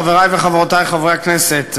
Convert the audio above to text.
חברי וחברותי חברי הכנסת,